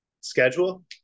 schedule